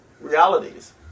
realities